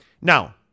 Now